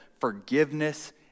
forgiveness